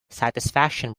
satisfaction